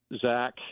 Zach